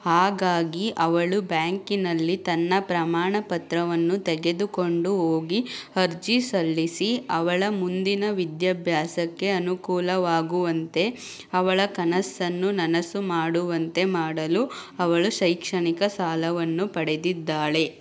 ಹಾಗಾಗಿ ಅವಳು ಬ್ಯಾಂಕಿನಲ್ಲಿ ತನ್ನ ಪ್ರಮಾಣ ಪತ್ರವನ್ನು ತೆಗೆದುಕೊಂಡು ಹೋಗಿ ಅರ್ಜಿ ಸಲ್ಲಿಸಿ ಅವಳ ಮುಂದಿನ ವಿದ್ಯಾಭ್ಯಾಸಕ್ಕೆ ಅನುಕೂಲವಾಗುವಂತೆ ಅವಳ ಕನಸನ್ನು ನನಸು ಮಾಡುವಂತೆ ಮಾಡಲು ಅವಳು ಶೈಕ್ಷಣಿಕ ಸಾಲವನ್ನು ಪಡೆದಿದ್ದಾಳೆ